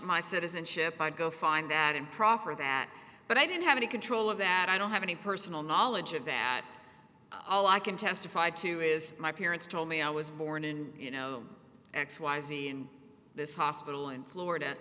my citizenship i'd go find that improper that but i don't have any control of that i don't have any personal knowledge of that all i can testify to is my parents told me i was born in you know x y z in this hospital in florida